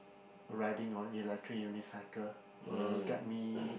riding on electric unicycle will get me